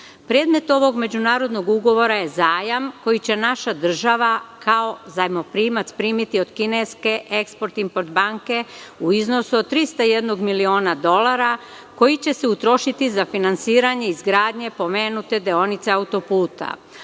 ovog međunarodnog ugovora je zajam koji će naša država kao zajmoprimac primiti od kineske Eksport-import banke u iznosu od 301.000.000 dolara, koji će se utrošiti za finansiranje izgradnje pomenute deonice autoputa. Ovo